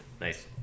Nice